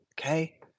okay